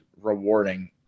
rewarding